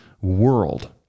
world